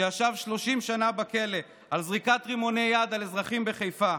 שישב 30 שנים בכלא על זריקת רימוני יד על אזרחים בחיפה,